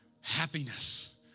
Happiness